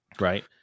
Right